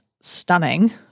stunning